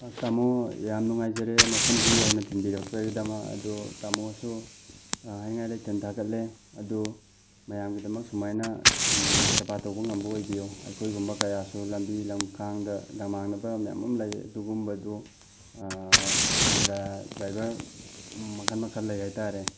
ꯇꯥꯃꯣ ꯌꯥꯝ ꯅꯨꯡꯉꯥꯏꯖꯔꯦ ꯃꯐꯝꯁꯤ ꯌꯧꯅ ꯊꯤꯟꯕꯤꯔꯛꯄꯒꯤꯗꯃꯛ ꯑꯗꯣ ꯇꯥꯝꯃꯣꯁꯨ ꯍꯥꯏꯅꯤꯡꯉꯥꯏ ꯂꯩꯇꯅ ꯊꯥꯒꯠꯂꯦ ꯑꯗꯨ ꯃꯌꯥꯝꯒꯤꯗꯃꯛ ꯁꯨꯃꯥꯏꯅ ꯁꯦꯕꯥ ꯇꯧꯕ ꯉꯝꯕ ꯑꯣꯏꯕꯤꯌꯨ ꯑꯩꯈꯣꯏꯒꯨꯝꯕ ꯀꯌꯥꯁꯨ ꯂꯝꯕꯤ ꯂꯝꯈꯥꯡꯗ ꯂꯝꯃꯥꯡꯅꯕ ꯃꯌꯥꯝ ꯑꯃ ꯂꯩ ꯑꯗꯨꯒꯨꯝꯕꯗꯣ ꯗ꯭ꯔꯥꯏꯕꯔ ꯃꯈꯟ ꯃꯈꯟ ꯂꯩ ꯍꯥꯏꯇꯥꯔꯦ